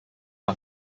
are